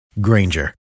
Granger